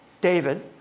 David